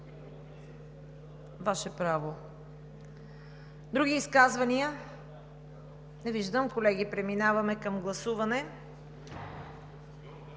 Ваше право. Други изказвания? Не виждам. Колеги, преминаваме към гласуване